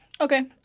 Okay